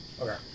Okay